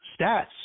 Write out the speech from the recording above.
stats